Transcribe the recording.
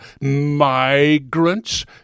migrants